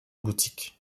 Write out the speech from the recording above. boutiques